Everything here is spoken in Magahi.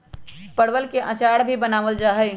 परवल के अचार भी बनावल जाहई